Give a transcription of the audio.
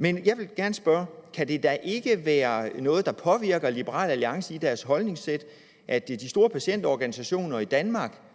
Jeg vil gerne spørge: Kan det da ikke være noget, der påvirker Liberal Alliance i deres holdningssæt, at de store patientorganisationer i Danmark